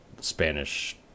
Spanish